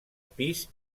pis